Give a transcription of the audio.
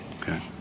Okay